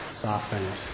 softened